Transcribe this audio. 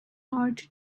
art